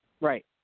right